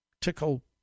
tickle